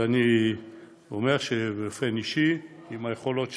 ואני אומר באופן אישי שעם היכולות שלי,